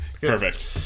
Perfect